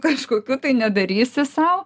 kažkokių tai nedarysiu sau